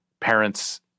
parents